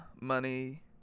money